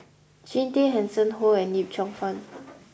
Jean Tay Hanson Ho and Yip Cheong Fun